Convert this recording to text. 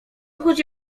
chodzi